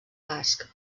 basc